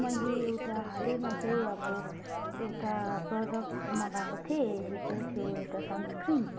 मैले एउटा हालैमा चाहिँ अब एउटा प्रोडक्ट मगाएको थिएँ जो चाहिँ थियो एउटा सन्सक्रिम